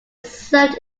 served